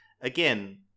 again